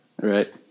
Right